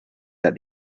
that